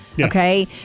okay